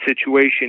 situation